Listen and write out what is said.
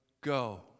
go